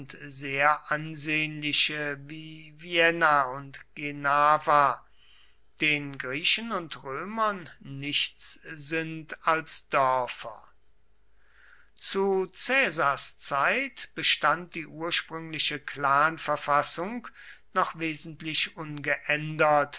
sehr ansehnliche wie vienna und genava den griechen und römern nichts sind als dörfer zu caesars zeit bestand die ursprüngliche clanverfassung noch wesentlich ungeändert